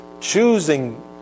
choosing